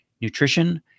nutrition